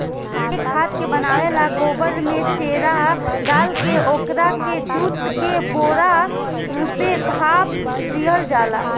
ए खाद के बनावे ला गोबर में चेरा डालके ओकरा के जुट के बोरा से ढाप दिहल जाला